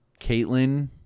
Caitlyn